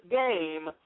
game